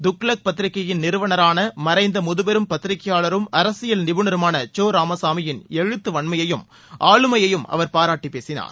துக்ளக் பத்திரிக்கையின் நிறுவனரான மறைந்த முதுபெரும் பத்திரிகையாளரும் அரசியல் நிபுணருமான சோ ராமசாமியின் எழுத்து வன்மையையும் ஆளுமையையும் அவர் பாராட்டி பேசினார்